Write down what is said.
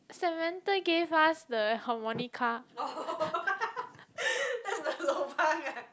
Samantha gave us the harmonica